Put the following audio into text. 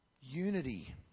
Unity